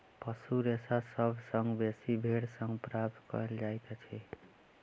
पशु रेशा सभ सॅ बेसी भेंड़ सॅ प्राप्त कयल जाइतअछि